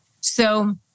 So-